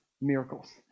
miracles